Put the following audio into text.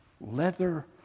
leather